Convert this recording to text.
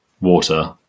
water